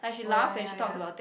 oh ya ya ya